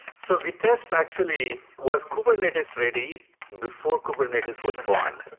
so vitess actually was kubernetes ready before kubernetes was born,